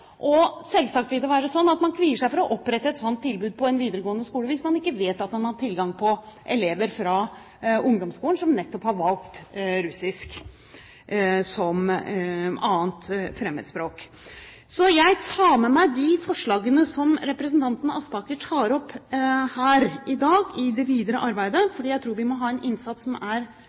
og selvsagt vil det være slik at man kvier seg for å opprette et slikt tilbud på en videregående skole hvis man ikke vet at man har tilgang på elever fra ungdomsskolen som nettopp har valgt russisk som 2. fremmedspråk. Jeg tar med meg i det videre arbeidet de forslagene som representanten Aspaker tar opp her i dag, for jeg tror at vi må ha en innsats som er